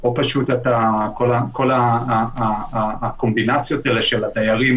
או פשוט כל הקומבינציות של הדיירים,